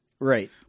Right